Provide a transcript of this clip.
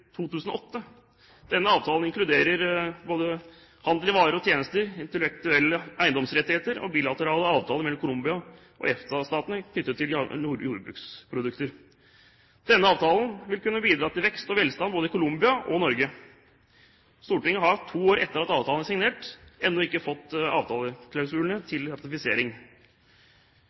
2008? Denne avtalen inkluderer handel av varer og tjenester, intellektuelle eiendomsrettigheter og bilaterale avtaler mellom Colombia og EFTA-statene knyttet til jordbruksprodukter. Denne avtalen vil kunne bidra til vekst og velstand både i Colombia og i Norge. Stortinget har, to år etter at avtalen ble signert, ennå ikke fått avtaleklausulene til ratifisering.